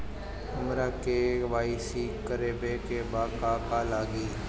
हमरा के.वाइ.सी करबाबे के बा का का लागि?